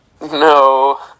No